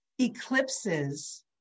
eclipses